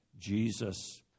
Jesus